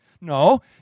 No